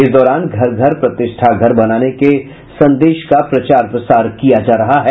इस दौरान घर घर प्रतिष्ठा घर बनाने के संदेश का प्रचार प्रसार किया जा रहा है